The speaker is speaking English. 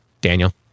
Daniel